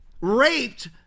raped